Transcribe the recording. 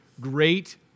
great